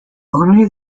only